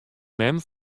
mem